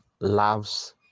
loves